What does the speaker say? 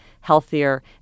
healthier